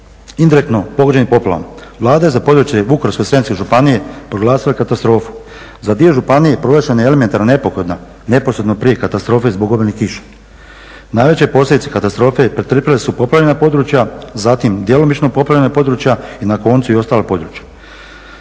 indirektno pogođeni poplavama. Vlada je za područje Vukovarsko-srijemske županije proglasila katastrofu. Za dio županije proglašena je elementarna nepogoda neposredno prije katastrofe zbog obilnih kiša. Najveće posljedice katastrofe pretrpila su poplavljena područja, zatim djelomično poplavljena područja i na koncu i ostala područja.